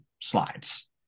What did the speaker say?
slides